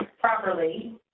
properly